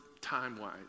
time-wise